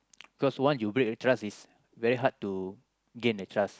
cos once you break the trust it's very hard to gain the trust